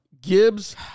Gibbs